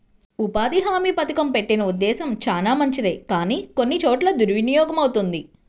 ఉపాధి హామీ పథకం పెట్టిన ఉద్దేశం చానా మంచిదే కానీ కొన్ని చోట్ల దుర్వినియోగమవుతుంది